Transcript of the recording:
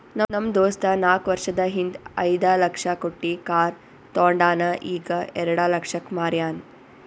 ನಮ್ ದೋಸ್ತ ನಾಕ್ ವರ್ಷದ ಹಿಂದ್ ಐಯ್ದ ಲಕ್ಷ ಕೊಟ್ಟಿ ಕಾರ್ ತೊಂಡಾನ ಈಗ ಎರೆಡ ಲಕ್ಷಕ್ ಮಾರ್ಯಾನ್